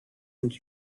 und